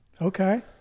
Okay